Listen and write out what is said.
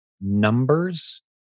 numbers